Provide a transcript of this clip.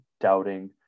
doubting